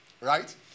Right